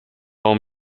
poem